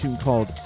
called